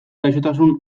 gaixotasun